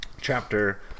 chapter